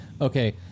okay